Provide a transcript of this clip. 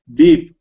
deep